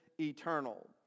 eternal